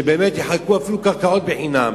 שבאמת יחלקו אפילו קרקעות חינם.